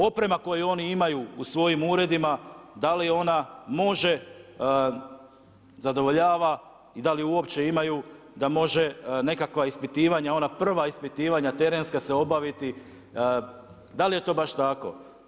Oprema koji oni imaju u svojim uredima, da li ona može zadovoljava, da li uopće imaju da može nekakva ispitivanja, ona prva ispitivanja terenska se obaviti, da li je to baš tako.